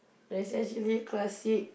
there's actually classic